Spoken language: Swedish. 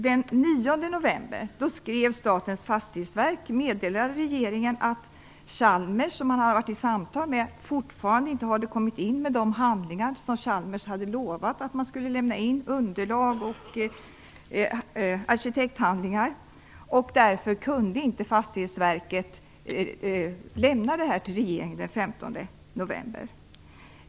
Den 9 november skrev Statens fastighetsverk och meddelade regeringen att Chalmers, som man hade haft samtal med, fortfarande inte hade kommit in med de handlingar som Chalmers hade lovat att lämna in. Det gällde underlag och arkitekthandlingar. Därför kunde inte Fastighetsverket lämna detta till regeringen den 15 november.